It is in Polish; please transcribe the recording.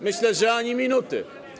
Myślę, że ani minuty.